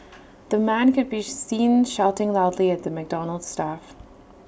the man could be seen shouting loudly at the McDonald's staff